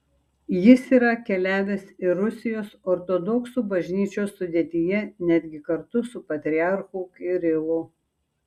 jis yra keliavęs ir rusijos ortodoksų bažnyčios sudėtyje netgi kartu su patriarchu kirilu